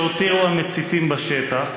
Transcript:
שהותירו המציתים בשטח.